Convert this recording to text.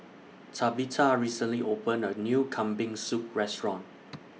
Tabitha recently opened A New Kambing Soup Restaurant